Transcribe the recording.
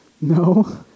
no